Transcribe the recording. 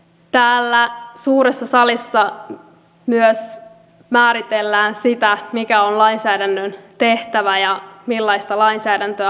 täällä suuressa salissa myös määritellään sitä mikä on lainsäädännön tehtävä ja millaista lainsäädäntöä haluamme